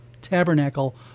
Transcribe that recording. tabernacle